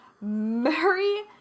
Mary